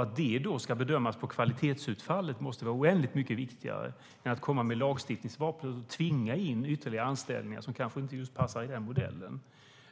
Att det då ska bedömas utifrån kvalitetsutfallet måste vara oändligt mycket viktigare än att komma med lagstiftningsvapnet och tvinga in ytterligare anställningar som kanske inte passar i just den modellen.